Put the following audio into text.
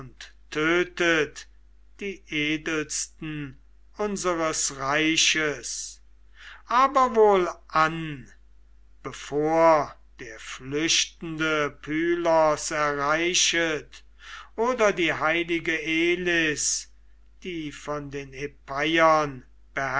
tötet die edelsten unseres reiches aber wohlan bevor der flüchtende pylos erreichet oder die heilige elis die von den